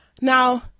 Now